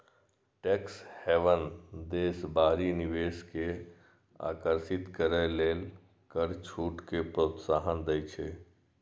tax haven देश बाहरी निवेश कें आकर्षित करै लेल कर छूट कें प्रोत्साहन दै छै